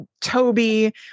Toby